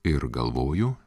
ir galvoju